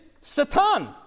Satan